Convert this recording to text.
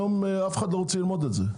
היום אף אחד לא רוצה ללמוד את זה.